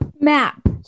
map